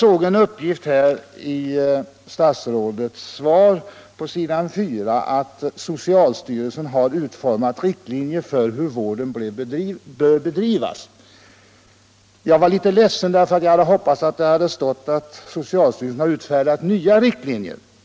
Mot slutet av sitt svar sade statsrådet: ”Socialstyrelsen har utformat riktlinjer för hur vården bör bedrivas.” Jag blev litet ledsen när jag hörde det, eftersom jag hade hoppats att han skulle säga att socialstyrelsen hade utfärdat nva riktlinjer.